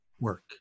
work